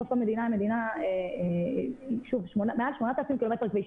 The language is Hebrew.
בסוף המדינה, שוב, מעל 8,000 ק"מ כביש.